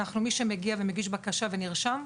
מי שמגיע ומגיש בקשה ונרשם,